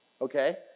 okay